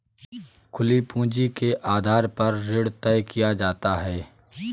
खुली पूंजी के आधार पर ऋण तय किया जाता है